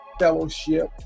fellowship